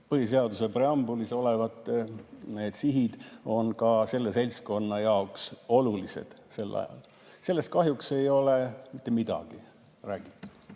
põhiseaduse preambulis olevad sihid on ka selle seltskonna jaoks olulised sel ajal? Sellest kahjuks ei ole mitte midagi räägitud.